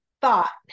thought